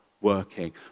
working